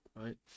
right